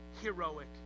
heroic